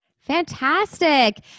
Fantastic